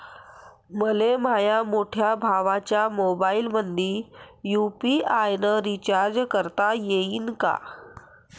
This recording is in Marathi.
मले माह्या मोठ्या भावाच्या मोबाईलमंदी यू.पी.आय न रिचार्ज करता येईन का?